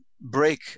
break